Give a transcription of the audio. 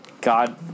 God